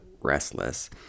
restless